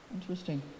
Interesting